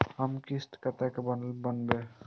हमर किस्त कतैक बनले?